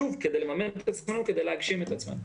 שוב, כדי לממן את הלימודים, כדי להגשים את עצמנו.